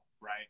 right